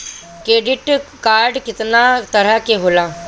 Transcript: Credit card कितना तरह के होला?